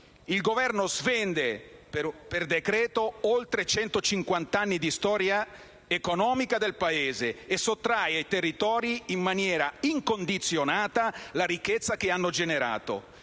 Il Governo svende per decreto oltre centocinquant'anni di storia economica del Paese e sottrae ai territori in maniera incondizionata la ricchezza che hanno generato,